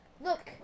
Look